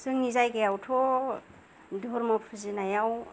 जोंनि जायगायावथ' धर्म फुजिनायाव